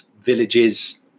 villages